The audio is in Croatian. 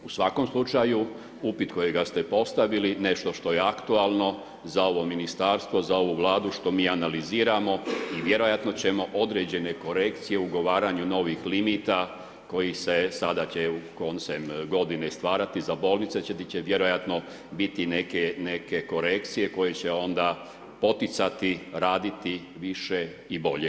U svakom slučaju, upit kojega ste postavili, nešto što je aktualno za ovo ministarstvo, za ovu Vladu, što mi analiziramo i vjerojatno ćemo određene korekcije o ugovaranju novih limita koji se, sada će koncem godine stvarati za bolnice, gdje će vjerojatno biti neke korekcije koje će onda poticati raditi više i bolje.